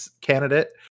candidate